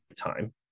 time